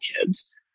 kids